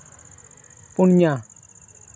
ᱯᱩᱱᱭᱟ